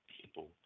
people